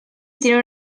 tiene